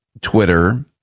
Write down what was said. Twitter